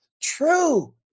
true